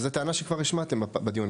אבל זו טענה שכבר השמעתם בדיון.